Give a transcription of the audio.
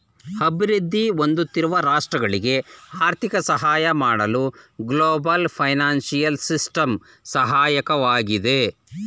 ಅಭಿವೃದ್ಧಿ ಹೊಂದುತ್ತಿರುವ ರಾಷ್ಟ್ರಗಳಿಗೆ ಆರ್ಥಿಕ ಸಹಾಯ ಮಾಡಲು ಗ್ಲೋಬಲ್ ಫೈನಾನ್ಸಿಯಲ್ ಸಿಸ್ಟಮ್ ಸಹಾಯಕವಾಗಿದೆ